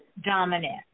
dominant